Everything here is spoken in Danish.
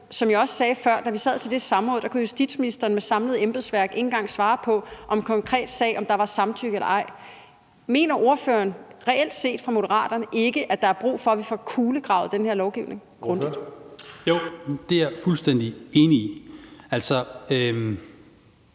Som jeg også sagde før, da vi sad til det samråd, kunne justitsministeren med det samlede embedsværk ikke engang svare på, om der i en konkret sag var samtykke eller ej. Mener ordføreren og Moderaterne reelt set ikke, at der er brug for, at vi får kulegravet den her lovgivning? Kl. 17:17 Tredje næstformand (Karsten